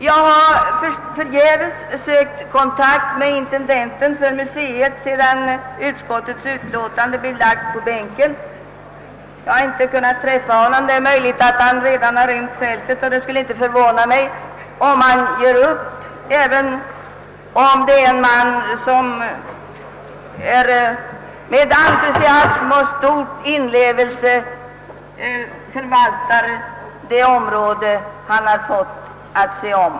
Jag har sedan utskottets utlåtande lades på riksdagens bord förgäves sökt kontakt med museets intendent; det är möjligt att han rymt fältet, och det skulle inte förvåna mig om han gett upp, trots att han är en man som med entusiasm och stor inlevelse bevakar det område han har fått att förvalta.